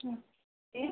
okay